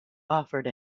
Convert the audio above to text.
offered